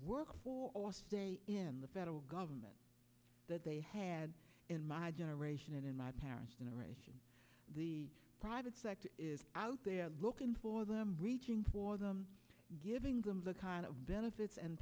work in the federal government that they had in my generation and in my parents generation the private sector is out there looking for them reaching for them giving them the kind of benefits and